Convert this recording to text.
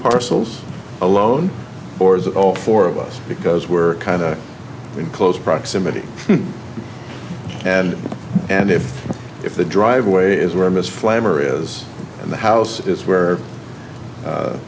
parcels alone or is that all four of us because we're kind of in close proximity and and if if the driveway is where miss flamer is and the house is where